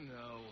no